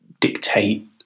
dictate